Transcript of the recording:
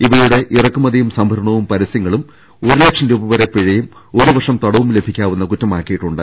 ഇവയുടെ ഇറക്കുമതിയും സംഭരണവും പരസൃങ്ങളും ഒരു ലക്ഷം രൂപ വരെ പിഴയും ഒരു വർഷം തടവൂം ലഭിക്കാവുന്ന കുറ്റമാക്കിയിട്ടുണ്ട്